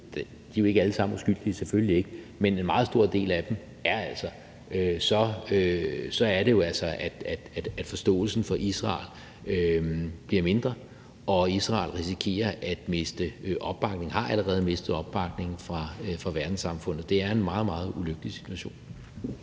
de er jo ikke alle sammen uskyldige, selvfølgelig ikke, men en meget stor del af dem er det altså – så er det jo, at forståelsen for Israel bliver mindre, og at Israel risikerer at miste opbakning og allerede har mistet opbakning fra verdenssamfundet. Det er en meget, meget ulykkelig situation.